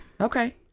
Okay